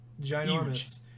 ginormous